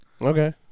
Okay